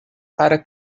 para